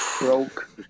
Broke